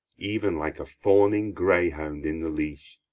even like a fawning greyhound in the leash,